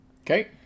Okay